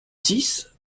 six